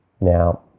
Now